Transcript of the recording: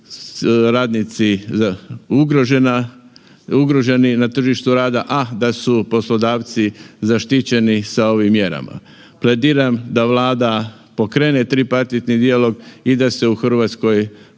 radnici ugroženi na tržištu rada, a da su poslodavci zaštićeni sa ovim mjerama. Plediram da Vlada pokrene tripartitni dijalog i da se u Hrvatskoj